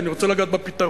כי אני רוצה לגעת בפתרון.